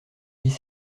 dix